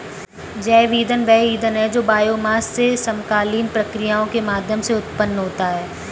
जैव ईंधन वह ईंधन है जो बायोमास से समकालीन प्रक्रियाओं के माध्यम से उत्पन्न होता है